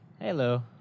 Hello